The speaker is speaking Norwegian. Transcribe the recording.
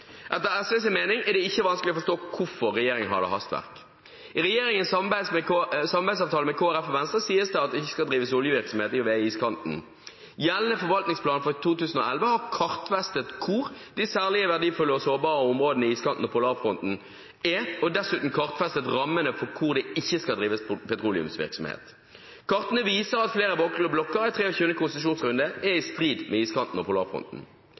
Etter SVs mening er det ikke vanskelig å forstå hvorfor regjeringen hadde hastverk. I regjeringens samarbeidsavtale med Kristelig Folkeparti og Venstre sies det at det ikke skal drives oljevirksomhet i iskanten. Gjeldende forvaltningsplan for 2011 har kartfestet hvor de særlig verdifulle og sårbare områdene iskanten og polarfronten er, og dessuten kartfestet rammene for hvor det ikke skal drives petroleumsvirksomhet. Kartene viser at flere blokker i 23. konsesjonsrunde er i strid med